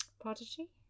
Prodigy